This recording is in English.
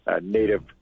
native